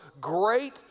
great